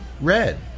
Red